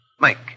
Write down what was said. Mike